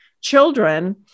children